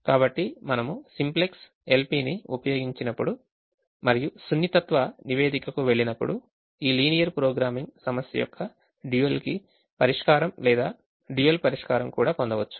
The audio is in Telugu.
కాబట్టి మనము సింప్లెక్స్ LP ని ఉపయోగించినప్పుడు మరియు సున్నితత్వ నివేదికకు వెళ్ళినప్పుడు ఈ లీనియర్ ప్రోగ్రామింగ్ సమస్య యొక్క dual కి పరిష్కారం లేదా dual పరిష్కారం కూడా పొందవచ్చు